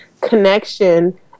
connection